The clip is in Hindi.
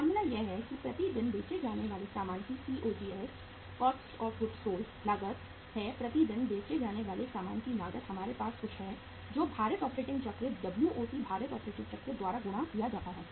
फॉर्मूला यह है कि प्रति दिन बेचे जाने वाले सामान की COGS लागत है प्रति दिन बेचे जाने वाले सामान की लागत हमारे पास कुछ है जो भारित ऑपरेटिंग चक्र WOC भारित ऑपरेटिंग चक्र द्वारा गुणा किया जाता है